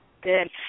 Good